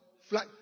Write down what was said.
flat